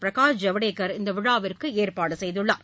பிரகாஷ் ஜவடேகர் விழாவிற்கு ஏற்பாடு செய்குள்ளார்